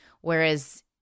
Whereas